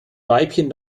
weibchen